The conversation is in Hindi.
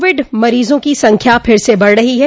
कोविड मरीजों की संख्या फिर से बढ़ रही है